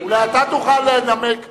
אולי אתה תוכל לנמק מדוע,